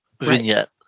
vignette